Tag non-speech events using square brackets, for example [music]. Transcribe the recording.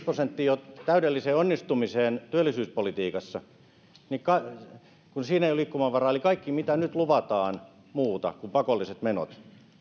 [unintelligible] prosenttia täydelliseen onnistumiseen työllisyyspolitiikassa siinä ei ole liikkumavaraa eli kaikki mitä nyt luvataan muuta kuin pakolliset menot